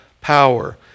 power